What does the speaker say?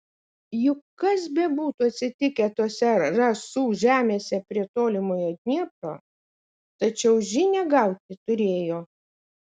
juk kas bebūtų atsitikę tose rasų žemėse prie tolimojo dniepro tačiau žinią gauti turėjo